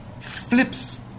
flips